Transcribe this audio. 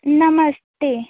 नमस्ते